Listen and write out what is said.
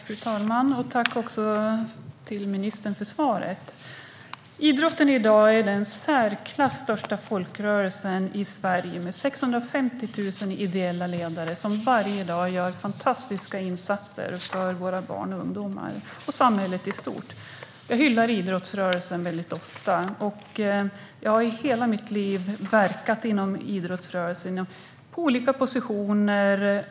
Fru talman! Tack, ministern, för svaret! Idrotten är i dag den i särklass största folkrörelsen i Sverige med 650 000 ideella ledare som varje dag gör fantastiska insatser för våra barn och ungdomar och för samhället i stort. Jag hyllar ofta idrottsrörelsen, och jag har under hela mitt liv verkat inom den på olika positioner.